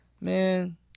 man